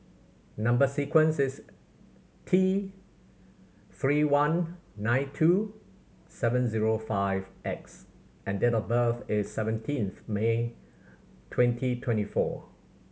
number sequence is T Three one nine two seven zero five X and date of birth is seventeenth May twenty twenty four